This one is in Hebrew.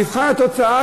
מבחן התוצאה,